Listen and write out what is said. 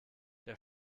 der